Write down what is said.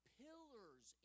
pillars